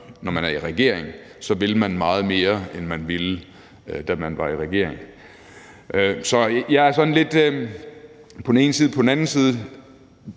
da man var i regering, så vil man meget mere, end man ville, da man var i regering. For mig er det sådan lidt på den ene side og lidt på den anden side.